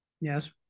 yes